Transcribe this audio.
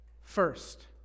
first